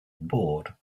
board